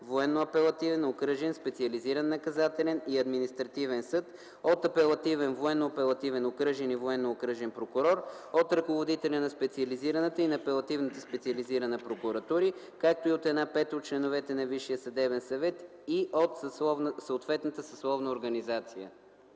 военно-апелативен, окръжен, специализиран наказателен и административен съд, от апелативен, военно-апелативен, окръжен и военно-окръжен прокурор, от ръководителя на специализираната и на апелативната специализирана прокуратури, както и от една пета от членовете на Висшия съдебен съвет и от съответната съсловна организация.”